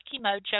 Mojo